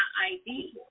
ID